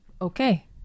Okay